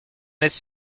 its